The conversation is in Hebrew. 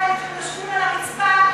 על הרצפה.